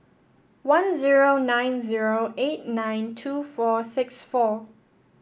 one zero nine zero eight nine two four six four